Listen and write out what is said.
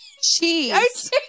cheese